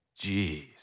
Jeez